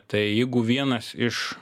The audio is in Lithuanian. tai jeigu vienas iš